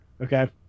Okay